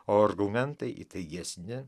o argumentai įtaigesni